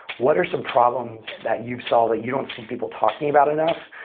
what are some problems that you saw that you don't see people talking about enough,